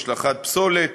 השלכת פסולת,